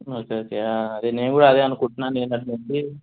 సరే సరే అదే నేను కూడా అదే అనుకుంటున్నా నిన్నటినుండి